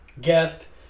guest